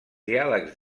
diàlegs